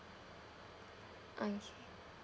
okay